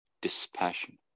dispassion